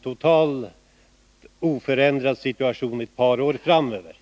stopp och en helt oförändrad situation ett par år framöver.